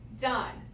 done